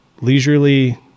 leisurely